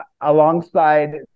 alongside